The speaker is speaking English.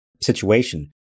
situation